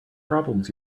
problems